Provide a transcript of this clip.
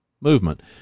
movement